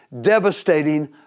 devastating